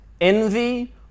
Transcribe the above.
envy